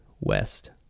West